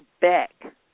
back